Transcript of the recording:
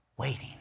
Waiting